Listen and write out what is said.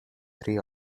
three